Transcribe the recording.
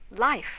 life